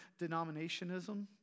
denominationism